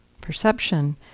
perception